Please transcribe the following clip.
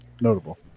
notable